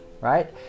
Right